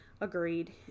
agreed